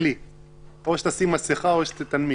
אלי, או שתשים מסכה או שתנמיך.